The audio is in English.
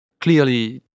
clearly